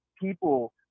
People